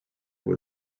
who